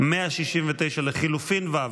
הסתייגות 169 לחלופין ו'.